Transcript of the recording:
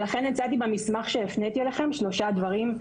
לכן הצעתי במסמך שהפניתי אליכם שלושה דברים.